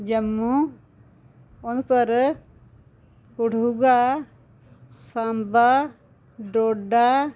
Jammu Udhampur Kathua Samba Doda